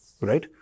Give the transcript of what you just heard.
Right